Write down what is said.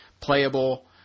playable